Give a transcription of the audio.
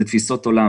זה תפיסות עולם.